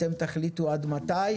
אתם תחליטו עד מתי,